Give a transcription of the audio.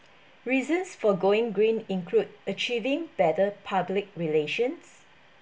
reasons for going green include achieving better public relations